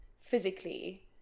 physically